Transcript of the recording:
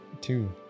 two